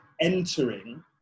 entering